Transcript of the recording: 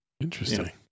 Interesting